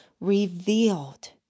revealed